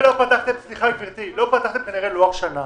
סליחה גברתי, אתם כנראה לא פתחתם לוח שנה.